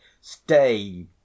Stay